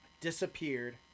Disappeared